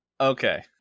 Okay